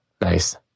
Nice